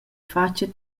fatga